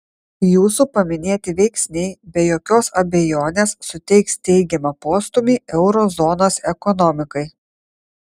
jūsų paminėti veiksniai be jokios abejonės suteiks teigiamą postūmį euro zonos ekonomikai